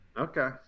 Okay